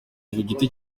giti